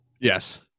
Yes